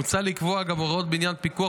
מוצע לקבוע גם הוראות בעניין פיקוח